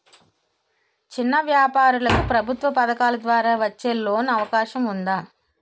చిన్న వ్యాపారాలకు ప్రభుత్వం పథకాల ద్వారా వచ్చే లోన్ అవకాశం ఉందా?